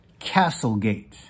Castlegate